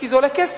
כי זה עולה כסף.